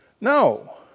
No